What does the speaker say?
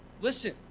Listen